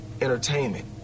entertainment